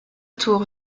tour